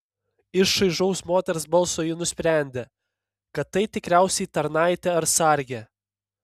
iš šaižaus moters balso ji nusprendė kad tai tikriausiai tarnaitė ar sargė